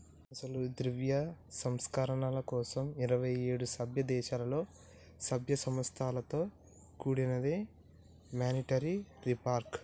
అసలు ఈ ద్రవ్య సంస్కరణల కోసం ఇరువైఏడు సభ్య దేశాలలో సభ్య సంస్థలతో కూడినదే మానిటరీ రిఫార్మ్